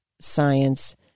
Science